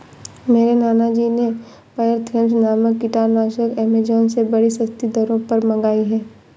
मेरे नाना जी ने पायरेथ्रम नामक कीटनाशक एमेजॉन से बड़ी सस्ती दरों पर मंगाई है